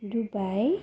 Dubai